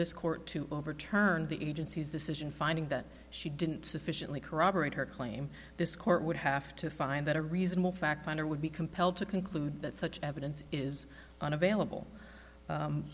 this court to overturn the agency's decision finding that she didn't sufficiently corroborate her claim this court would have to find that a reasonable fact finder would be compelled to conclude that such evidence is unavailable